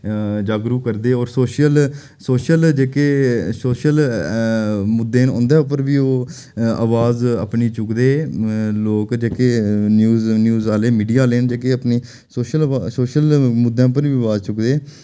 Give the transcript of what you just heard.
जागरूक करदे और सोशल सोशल जेह्के सोशल मुद्दे न उं'दे उप्पर बी ओह् अवाज अपनी चुकदे लोक जेह्के न्यूज न्यूज आह्ले मीडिया आह्लें न जेह्के अपनी सोशल सोशल मुद्दें पर बी अवाज चुकदे